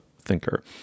thinker